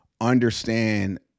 understand